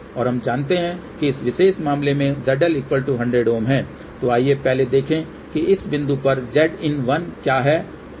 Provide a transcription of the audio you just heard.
और हम जानते हैं कि इस विशेष मामले में ZL 100 Ω है तो आइए पहले देखें कि इस बिंदु पर Zin1 क्या है